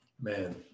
Man